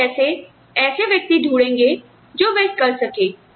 तो आप कैसे ऐसे व्यक्ति ढूढेंगे जो वह कर सके